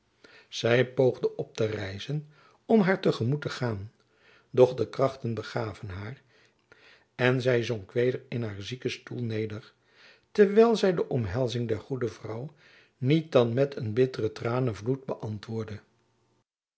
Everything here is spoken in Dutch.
poogde op te rijzen om haar te gemoet te gaan doch de krachten begaven haar en zy zonk weder in haar ziekestoel neder terwijl zy de omhelzing der goede vrouw niet dan met een bitteren tranenvloed beäntwoordde